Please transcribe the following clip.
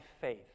faith